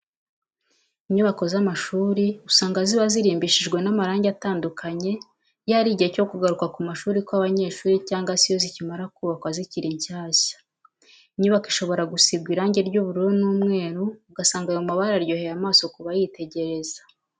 Inyubako z'amshuri usanga ziba zirimbishijwe n'amarange atandukanye, iyo ari igihe cyo kugaruka ku mashuri kw'abanyeshuri cyangwa se iyo zikimara kubakwa zikiri nshyashya. Inyubako ishobora gusigwa irange ry'ubururu n'umweru ugasanga ayo mabara aryoheye amaso ku bayitegereza